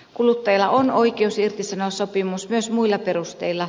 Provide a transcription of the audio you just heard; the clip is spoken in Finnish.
kuluttaja on oikeus irtisanoa sopimus myös muilla perusteilla